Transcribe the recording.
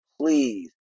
please